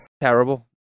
terrible